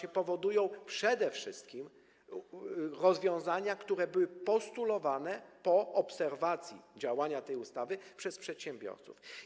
To są przede wszystkim rozwiązania, które były postulowane po obserwacji działania tej ustawy przez przedsiębiorców.